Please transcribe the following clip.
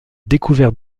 découverte